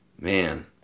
Man